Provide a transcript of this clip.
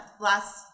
Last